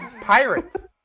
Pirate